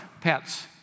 pets